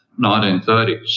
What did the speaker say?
1930s